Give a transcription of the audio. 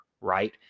right